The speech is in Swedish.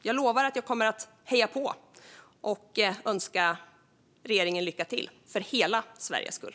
Jag lovar att jag kommer att heja på och önska regeringen lycka till - för hela Sveriges skull.